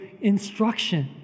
instruction